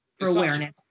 awareness